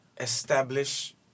establish